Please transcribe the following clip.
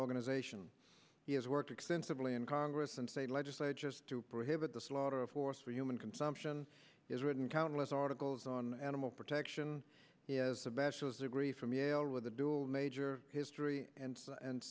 organization has worked extensively in congress and say legislature to prohibit the slaughter of horse for human consumption is written countless articles on animal protection bachelor's degree from yale with a dual major history and